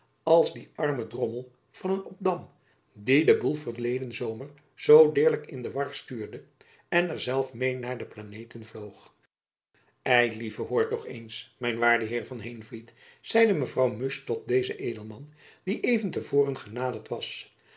als dien armen drommel van een obdam die den boel verleden zomer zoo deerlijk in de war stuurde en er zelf meê naar de planeten vloog ei lieve hoor toch eens mijn waarde heer van heenvliet zeide mevrouw musch tot dezen edelman die even te voren genaderd was